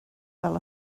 fel